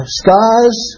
skies